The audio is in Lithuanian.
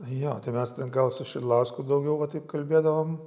jo tai mes ten gal su šidlausku daugiau va taip kalbėdavom